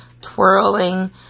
twirling